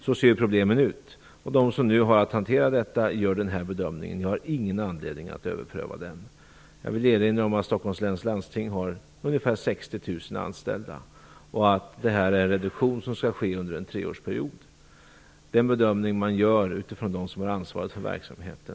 Så ser problemen ut. De som har att hantera detta gör denna bedömning. Jag har ingen anledning att ompröva den. Jag vill erinra om att Stockholms läns landsting har ungefär 60 000 anställda och att den här reduktionen skall ske under en treårsperiod. Jag har fullt förtroende för den bedömning som görs av dem som har ansvar för verksamheten.